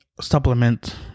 supplement